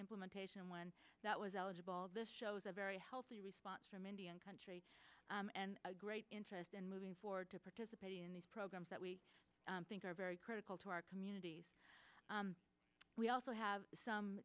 implementation one that was eligible this is a very healthy response from indian country and a great interest in moving forward to participating in these programs that we think are very critical to our communities we also have some